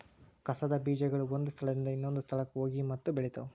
ಕಸದ ಬೇಜಗಳು ಒಂದ ಸ್ಥಳದಿಂದ ಇನ್ನೊಂದ ಸ್ಥಳಕ್ಕ ಹೋಗಿ ಮತ್ತ ಬೆಳಿತಾವ